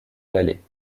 ballet